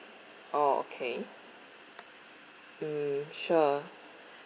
oh okay mm sure